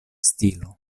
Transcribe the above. stilo